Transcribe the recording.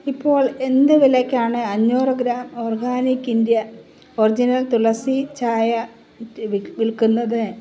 ഇപ്പോൾ എന്ത് വിലയ്ക്കാണ് അഞ്ഞൂറ് ഗ്രാം ഓർഗാനിക് ഇൻഡ്യ ഒറിജിനൽ തുളസി ചായ വിൽക്കുന്നത്